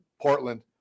Portland